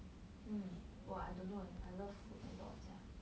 hmm !wah! I don't know eh I love food a lot sia